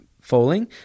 falling